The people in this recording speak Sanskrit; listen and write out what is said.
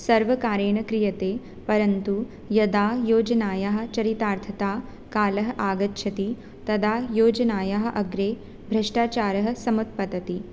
सर्वकारेण क्रियते परन्तु यदा योजनायाः चरितार्थता कालः आगच्छति तदा योजनायाः अग्रे भ्रष्टाचारः समुत्पतति